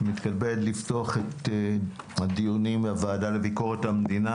אני מתכבד לפתוח את הדיונים בוועדה לביקורת המדינה